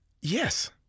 Yes